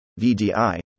vdi